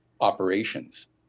operations